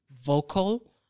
vocal